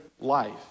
life